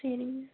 சரிங்க